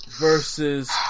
versus